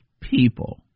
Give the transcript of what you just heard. people